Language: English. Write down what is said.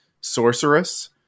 Sorceress